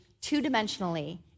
two-dimensionally